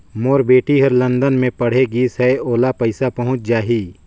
मोर बेटी हर लंदन मे पढ़े गिस हय, ओला पइसा पहुंच जाहि?